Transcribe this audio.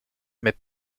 mais